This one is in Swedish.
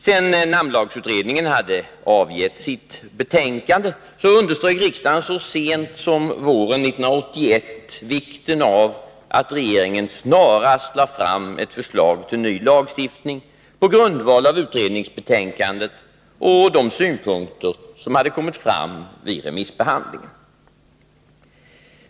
Sedan namnlagsutredningen hade avgett sitt betänkande underströk riksdagen så sent som våren 1981 vikten av att regeringen snarast lade fram ett förslag till ny lagstiftning på grundval av utredningsbetänkandet och de synpunkter som hade kommit fram vid remissbehandlingen.